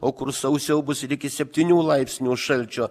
o kur sausiau bus ir iki septynių laipsnių šalčio